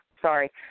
Sorry